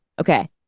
okay